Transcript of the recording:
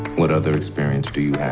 what other experience do you have?